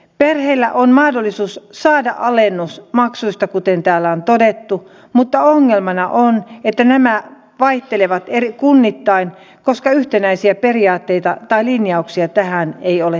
perheillä on mahdollisuus saada alennus maksuista kuten täällä on todettu mutta ongelmana on että nämä vaihtelevat kunnittain koska yhtenäisiä periaatteita tai linjauksia tähän ei ole tehty